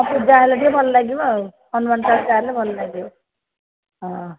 ପୂଜା ହେଲେ ଟିକେ ଭଲ ଲାଗିବ ଆଉ ହନୁମାନ ଚାଳିଶା ହେଲେ ଭଲ ଲାଗିବ ହଁ